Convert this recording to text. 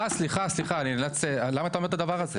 סליחה סליחה למה אתה אומר את הדבר הזה?